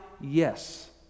yes